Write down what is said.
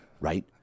Right